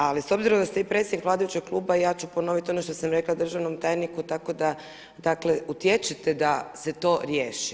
Ali s obzirom da ste i predsjednik vladajućeg kluba ja ću ponoviti ono što sam rekla državnom tajniku tako da dakle utječete da se to riješi.